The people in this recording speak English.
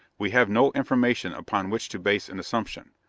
we have no information upon which to base an assumption.